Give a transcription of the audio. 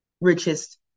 richest